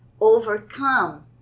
overcome